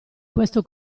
questo